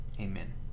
Amen